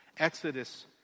Exodus